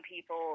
people